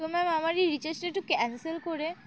তো ম্যাম আমার এই রিচার্জটা একটু ক্যান্সেল করে